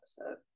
episode